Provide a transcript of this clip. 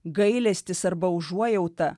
gailestis arba užuojauta